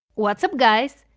what's up, guys?